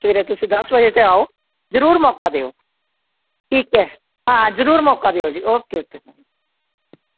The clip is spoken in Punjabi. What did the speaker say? ਸਵੇਰੇ ਤੁਸੀਂ ਦਸ ਵਜੇ ਤੇ ਆਓ ਜ਼ਰੂਰ ਮੌਕਾ ਦਿਓ ਠੀਕ ਹੈ ਹਾਂ ਜ਼ਰੂਰ ਮੌਕਾ ਦਿਓ ਜੀ ਓਕੇ ਓਕੇ ਬਾਏ